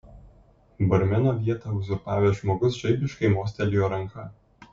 barmeno vietą uzurpavęs žmogus žaibiškai mostelėjo ranka